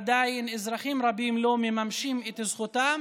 עדיין אזרחים רבים לא מממשים את זכותם